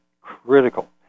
critical